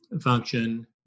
function